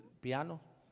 piano